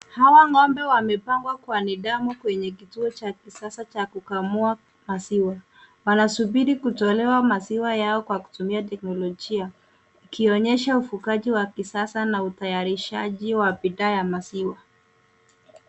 Hawa ng'ombe wamepangwa kwa nidhamu kwenye kituo cha kisasa cha kukamua maziwa. Wanasubiri kutolewa maziwa yao kwa kutumia teknolojia, ikionyesha ufugaji wa kisasa na utayarishaji wa bidhaa ya maziwa.